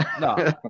No